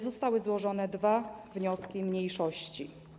Zostały złożone dwa wnioski mniejszości.